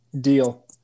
Deal